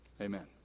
Amen